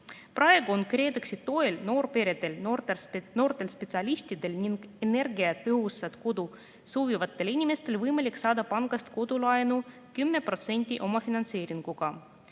on KredExi toel noorperedel, noortel spetsialistidel ning energiatõhusat kodu soovivatel inimestel võimalik saada pangast kodulaenu 10% omafinantseeringuga.